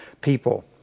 people